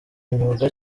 imyuga